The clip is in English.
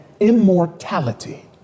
Immortality